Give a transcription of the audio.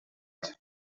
said